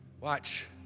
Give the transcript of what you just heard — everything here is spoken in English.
Watch